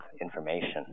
information